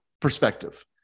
perspective